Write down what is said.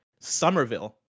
Somerville